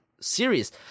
series